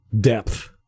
depth